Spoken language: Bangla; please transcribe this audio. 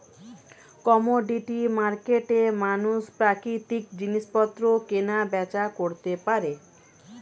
কমোডিটি মার্কেটে মানুষ প্রাকৃতিক জিনিসপত্র কেনা বেচা করতে পারে